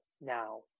now